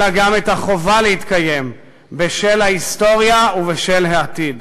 אלא גם החובה להתקיים, בשל ההיסטוריה ובשל העתיד.